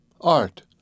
Art!—